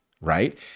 right